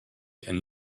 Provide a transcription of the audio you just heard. and